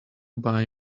buy